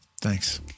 Thanks